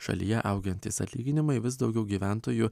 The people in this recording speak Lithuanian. šalyje augantys atlyginimai vis daugiau gyventojų